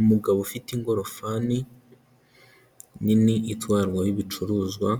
Umugabo ufite ingorofani nini itwarwaho ibicuruzwa,